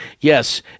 yes